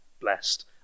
blessed